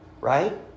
right